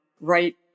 right